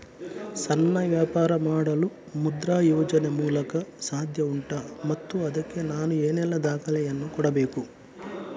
ಸಣ್ಣ ವ್ಯಾಪಾರ ಮಾಡಲು ಮುದ್ರಾ ಯೋಜನೆ ಮೂಲಕ ಸಾಧ್ಯ ಉಂಟಾ ಮತ್ತು ಅದಕ್ಕೆ ನಾನು ಏನೆಲ್ಲ ದಾಖಲೆ ಯನ್ನು ಕೊಡಬೇಕು?